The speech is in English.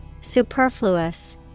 Superfluous